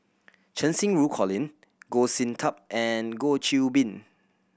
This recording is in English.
Cheng Xinru Colin Goh Sin Tub and Goh Qiu Bin